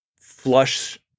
flush